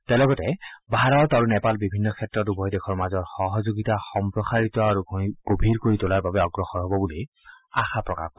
তেওঁ লগতে ভাৰত আৰু নেপালে বিভিন্ন ক্ষেত্ৰত উভয় দেশৰ মাজৰ সহযোগিতা সম্প্ৰসাৰিত আৰু গভীৰ কৰি তোলাৰ বাবে অগ্ৰসৰ হ'ব বুলি আশা প্ৰকাশ কৰে